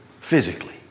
physically